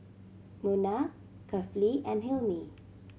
Munah Kefli and Hilmi